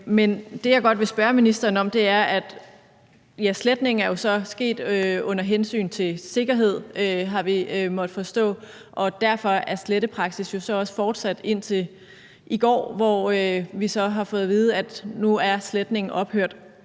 frem for åbenhed og gennemsigtighed. Sletningen er jo så sket under hensyn til sikkerhed, har vi måttet forstå, og derfor er slettepraksis jo så også fortsat indtil i går, hvor vi så fik at vide, at nu var sletningen ophørt.